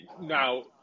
now